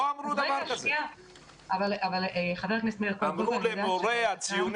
אבל חבר הכנסת מאיר כהן --- אמרו למורה: "הציונים